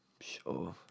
Sure